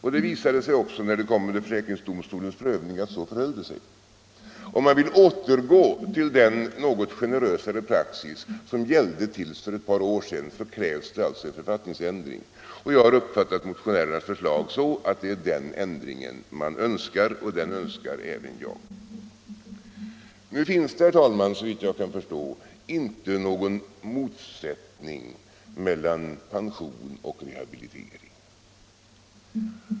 Det visade sig också, när det kom under försäkringsdomstolens prövning, att det förhöll sig så. Om man vill återgå till den något generösare praxis som gällde till för ett par år sedan krävs alltså en författningsändring, och jag har uppfattat motionärernas förslag så att det är den ändringen de önskar — och den önskar även jag. Det finns, herr talman, såvitt jag kan förstå inte någon motsättning mellan pension och rehabilitering.